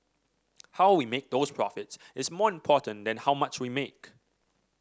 how we make those profits is more important than how much we make